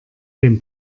dem